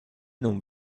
non